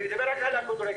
אני מדבר רק על כדורגל,